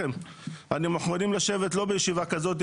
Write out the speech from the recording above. אנחנו יכולים לשבת לא בישיבה כזאת,